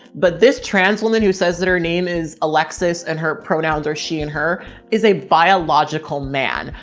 but this trans woman who says that her name is alexis and her pronouns are, she and her is a biological man.